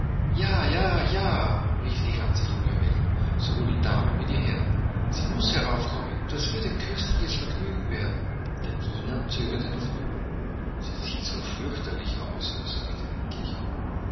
ja ja ja rief die ganze junge welt sowohl die damen wie die herren sie muß heraufkommen das wird ein köstliches vergnügen werden der diener zögerte noch immer sie sieht so fürchterlich aus sagte er endlich